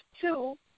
two